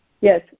Yes